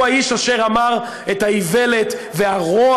הוא האיש אשר אמר את האיוולת והרוע: